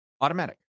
Automatic